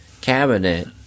cabinet